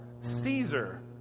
Caesar